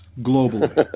globally